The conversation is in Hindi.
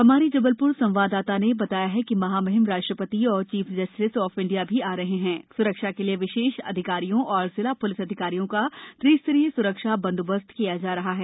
हमारी जबलपुर संवाददाता ने बताया कि महामहिम राष्ट्पति और चीफ जस्टिस ऑफ इंडिया भी आ रहे हैं सुरक्षा के लिए विशेष अधिकारियों और जिला पुलिस अधिकारियों का त्रि स्तरीय सुरक्षा बंदोबस्त किया जा रहा है